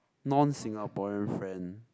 non Singaporean friend